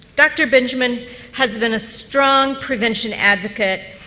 dr. benjamin has been a strong prevention advocate,